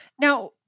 Now